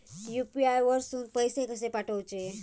UPI वरसून पैसे कसे पाठवचे?